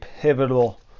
pivotal